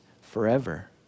forever